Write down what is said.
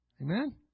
Amen